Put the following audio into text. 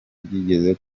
byigeze